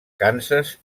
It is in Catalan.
kansas